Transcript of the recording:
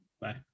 Bye